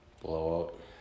Blowout